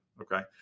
Okay